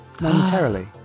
momentarily